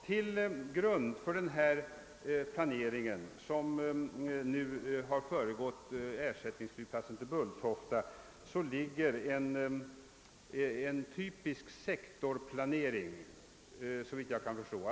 Till grund för den planering, som föregått behandlingen av frågan om en ersättningsflygplats till Bulltofta, ligger en typisk sektorplanering.